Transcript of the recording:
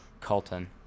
Colton